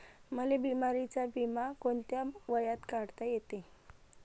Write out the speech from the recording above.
मले बिमारीचा बिमा कोंत्या वयात काढता येते?